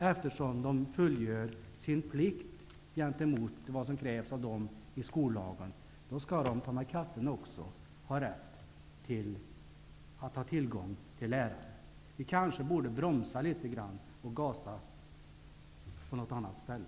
Eftersom de fullgör sin plikt gentemot vad som krävs av dem i skollagen skall de ta mig katten också ha tillgång till lärare. Vi kanske borde bromsa litet grand och gasa på något annat ställe.